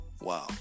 wow